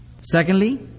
Secondly